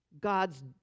God's